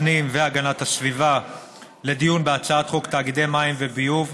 הפנים והגנת הסביבה לדיון בהצעת חוק תאגידי מים וביוב,